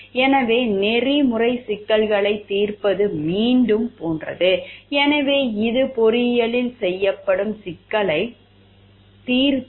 எனவே நெறிமுறை சிக்கல்களைத் தீர்ப்பது மீண்டும் போன்றது எனவே இது பொறியியலில் செய்யப்படும் சிக்கலைத் தீர்ப்பது